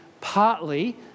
partly